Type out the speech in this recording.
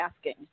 asking